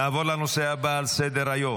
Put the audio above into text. נעבור לנושא הבא על סדר-היום,